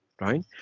right